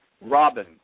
Robin